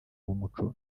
w’umuco